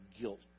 guilt